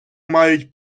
мають